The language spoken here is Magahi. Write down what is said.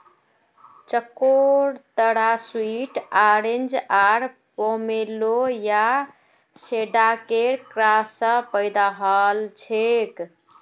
चकोतरा स्वीट ऑरेंज आर पोमेलो या शैडॉकेर क्रॉस स पैदा हलछेक